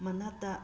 ꯃꯅꯥꯛꯇ